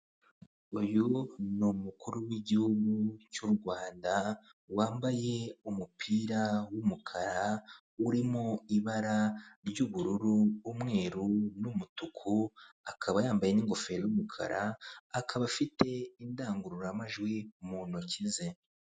Uyu ni umukuru w'igihugu cy'u Rwanda wambaye umupira w'umukara urimo ibara ry'ubururu, umweru n'umutuku, akaba yambaye n'ingofero y'umukara, akaba afite indangururamajwi mu ntoki ze.